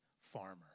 farmer